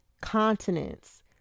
continents